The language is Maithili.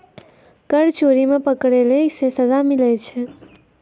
कर चोरी मे पकड़ैला से सजा मिलै छै